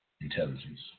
intelligence